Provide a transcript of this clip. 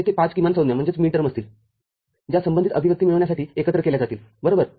तरतेथे ५ किमानसंज्ञा असतील ज्या संबंधित अभिव्यक्ती मिळविण्यासाठी एकत्रित केल्या जातील बरोबर